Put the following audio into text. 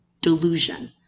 delusion